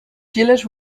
gillett